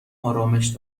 آرامش